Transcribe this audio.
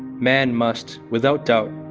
man must, without doubt,